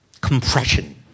compression